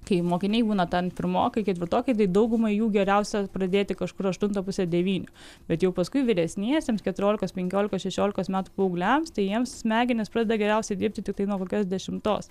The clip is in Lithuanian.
kai mokiniai būna ten pirmokai ketvirtokai tai daugumai jų geriausia pradėti kažkur aštuntą pusę devynių bet jau paskui vyresniesiems keturiolikos penkiolikos šešiolikos metų paaugliams tai jiems smegenys pradeda geriausiai dirbti tiktai nuo kokios dešimtos